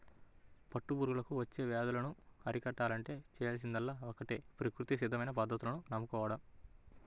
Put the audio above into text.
పట్టు పురుగులకు వచ్చే వ్యాధులను అరికట్టాలంటే చేయాల్సిందల్లా ఒక్కటే ప్రకృతి సిద్ధమైన పద్ధతులను నమ్ముకోడం